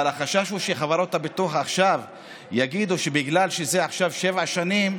אבל החשש הוא שחברות הביטוח יגידו עכשיו שבגלל שזה עכשיו שבע שנים,